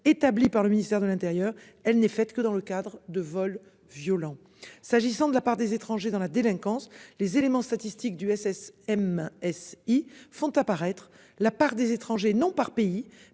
établies par le ministère de l'Intérieur, elle n'est faite que dans le cadre de vols violents. S'agissant de la part des étrangers dans la délinquance. Les éléments statistiques du SPS M. S. ils font apparaître la part des étrangers non par pays